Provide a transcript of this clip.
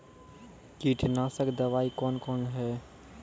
कीटनासक दवाई कौन कौन हैं?